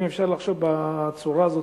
אם אפשר לחשוב בצורה הזאת,